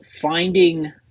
finding